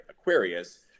Aquarius